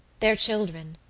their children,